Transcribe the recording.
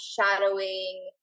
shadowing